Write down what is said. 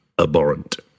abhorrent